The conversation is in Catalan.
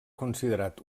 considerat